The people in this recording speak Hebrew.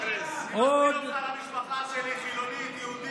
אני מזמין אותך למשפחה שלי, חילונית, יהודית.